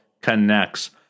connects